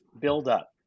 buildup